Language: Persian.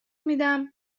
میدم